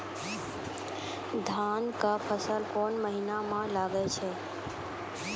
धान के फसल कोन महिना म लागे छै?